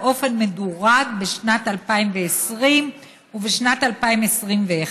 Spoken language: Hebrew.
באופן מדורג בשנת 2020 ובשנת 2021,